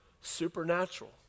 supernatural